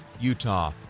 Utah